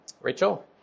Rachel